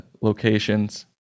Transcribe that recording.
locations